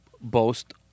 boast